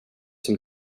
som